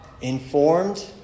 informed